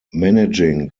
managing